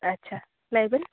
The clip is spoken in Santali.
ᱟᱪᱪᱷᱟ ᱞᱟᱹᱭᱵᱤᱱ